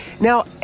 Now